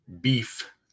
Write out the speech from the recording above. beef